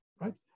right